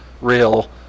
real